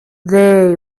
they